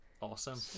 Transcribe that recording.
Awesome